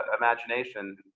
imagination